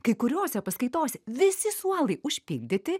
kai kuriose paskaitose visi suolai užpildyti